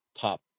top